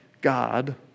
God